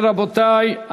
רבותי,